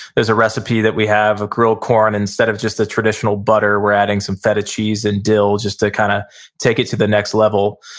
there's a recipe that we have of grilled corn. instead of just a traditional butter, we're adding some feta cheese and dill just to kinda take it to the next level.